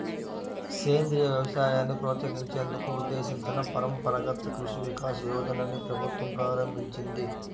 సేంద్రియ వ్యవసాయాన్ని ప్రోత్సహించేందుకు ఉద్దేశించిన పరంపరగత్ కృషి వికాస్ యోజనని ప్రభుత్వం ప్రారంభించింది